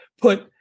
put